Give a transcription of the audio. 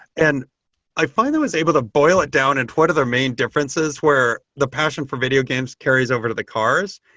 and i finally was able to boil it down in what are their main differences where the passion for video games carries over to the cars.